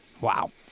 Wow